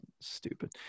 Stupid